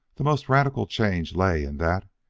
the most radical change lay in that,